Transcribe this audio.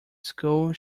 school